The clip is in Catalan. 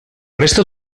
resta